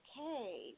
okay